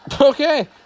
Okay